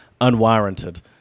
unwarranted